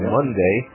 Monday